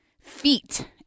feet